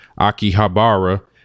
Akihabara